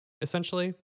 essentially